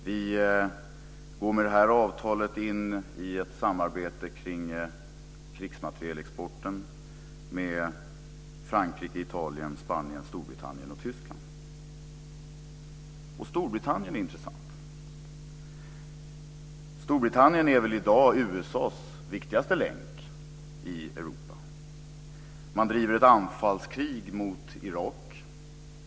Vi går med detta avtal in i ett samarbete kring krigsmaterielexporten med Frankrike, Italien, Spanien, Storbritannien och Tyskland. Storbritannien är intressant. Storbritannien är väl i dag USA:s viktigaste länk i Europa. Man driver ett anfallskrig mot Irak.